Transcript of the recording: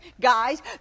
Guys